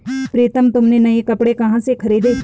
प्रितम तुमने नए कपड़े कहां से खरीदें?